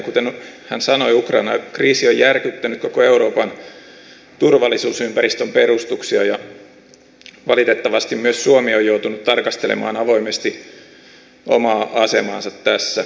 kuten hän sanoi ukrainan kriisi on järkyttänyt koko euroopan turvallisuusympäristön perustuksia ja valitettavasti myös suomi on joutunut tarkastelemaan avoimesti omaa asemaansa tässä